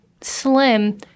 slim